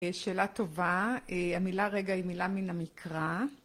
שאלה טובה, המילה רגע היא מילה מן המקרא